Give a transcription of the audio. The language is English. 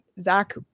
Zach